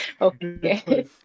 Okay